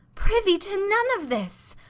privy to none of this.